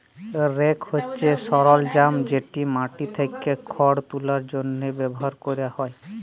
rake হছে সরলজাম যেট মাটি থ্যাকে খড় তুলার জ্যনহে ব্যাভার ক্যরা হ্যয়